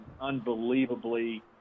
unbelievably